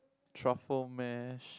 truffle mash